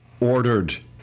ordered